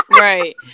right